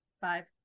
five